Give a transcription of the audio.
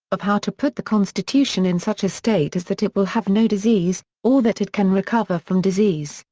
of how to put the constitution in such a state as that it will have no disease, or that it can recover from disease,